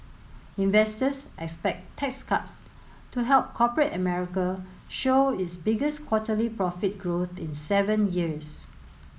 investors expect tax cuts to help corporate America show its biggest quarterly profit growth in seven years